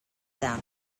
them